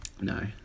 No